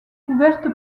couverte